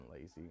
lazy